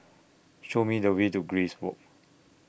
Show Me The Way to Grace Walk